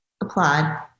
applaud